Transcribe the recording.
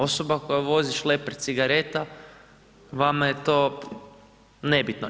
Osoba koja vozi šleper cigareta vama je to nebitno.